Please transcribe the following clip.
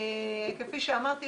כפי שאמרתי,